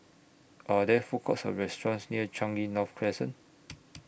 Are There Food Courts Or restaurants near Changi North Crescent